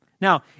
Now